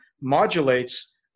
modulates